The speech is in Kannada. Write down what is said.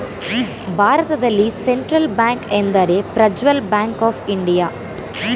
ಭಾರತದಲ್ಲಿ ಸೆಂಟ್ರಲ್ ಬ್ಯಾಂಕ್ ಎಂದರೆ ಪ್ರಜ್ವಲ್ ಬ್ಯಾಂಕ್ ಆಫ್ ಇಂಡಿಯಾ